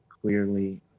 clearly